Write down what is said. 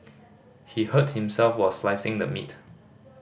he hurt himself while slicing the meat